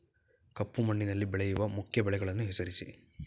ಕಪ್ಪು ಮಣ್ಣಿನಲ್ಲಿ ಬೆಳೆಯುವ ಮುಖ್ಯ ಬೆಳೆಗಳನ್ನು ಹೆಸರಿಸಿ